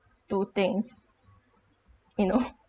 do things you know